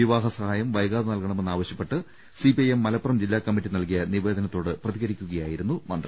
വിവാഹ സഹായം വൈകാതെ നൽകണമെന്നാ വശ്യപ്പെട്ട് സിപിഐഎം മലപ്പുറം ജില്ലാ കമ്മിറ്റി നൽകിയ നിവേദനത്തോട് പ്രതികരിക്കുകയായിരുന്നു മന്ത്രി